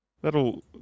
That'll